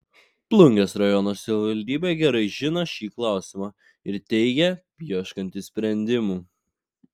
plungės rajono savivaldybė gerai žino šį klausimą ir teigia ieškanti sprendimų